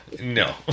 no